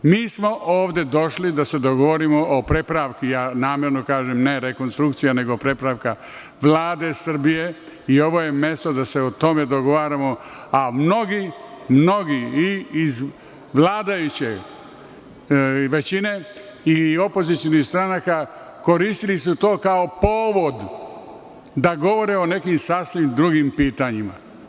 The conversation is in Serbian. Mi smo ovde došli da se dogovorimo o prepravci, ja namerno kažem prepravka, ne rekonstrukcija Vlade Srbije i ovo je mesto da se o tome dogovaramo, a mnogi iz vladajuće većine ili opozicionih stranaka koristili su to kao povod da govore o nekim drugim pitanjima.